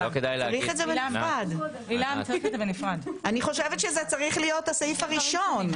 אני חושבת שזה צריך להיות הסעיף הראשונה.